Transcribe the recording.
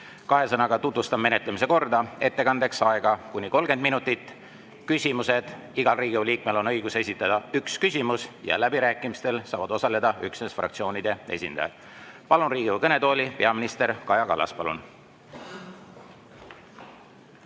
Kahe sõnaga tutvustan menetlemise korda. Ettekandeks on aega kuni 30 minutit, igal Riigikogu liikmel on õigus esitada üks küsimus ja läbirääkimistel saavad osaleda üksnes fraktsioonide esindajad. Palun Riigikogu kõnetooli peaminister Kaja Kallase.